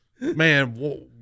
Man